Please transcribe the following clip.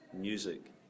music